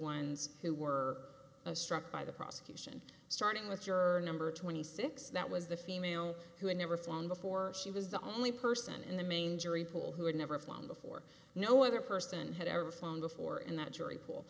ones who were struck by the prosecution starting with juror number twenty six that was the female who had never flown before she was the only person in the main jury pool who had never flown before no other person had ever flown before in that jury pool